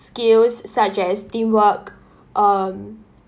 skills such as teamwork um